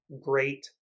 great